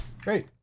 Great